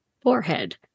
forehead